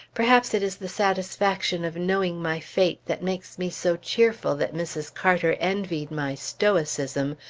perhaps it is the satisfaction of knowing my fate that makes me so cheerful that mrs. carter envied my stoicism,